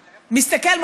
מסתכל,